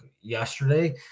yesterday